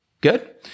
Good